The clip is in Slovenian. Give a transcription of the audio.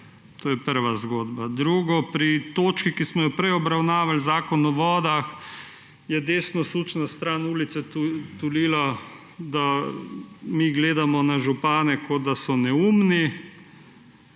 To je prva zgodba. Drugo, pri točki, ki smo jo prej obravnavali, Zakonu o vodah, je desnosučna stran ulice tulila, da mi gledamo na župane, kot da so neumni.